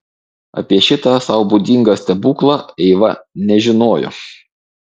apie šitą sau būdingą stebuklą eiva nežinojo